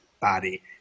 body